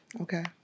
Okay